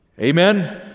Amen